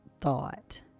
thought